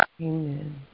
Amen